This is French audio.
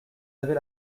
avez